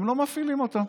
הם לא מפעילים אותם.